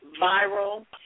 viral